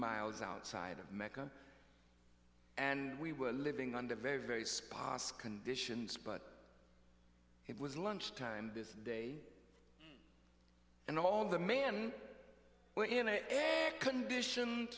outside of mecca and we were living under very very sparse conditions but it was lunchtime this day and all the men were in a condition